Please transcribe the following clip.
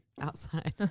outside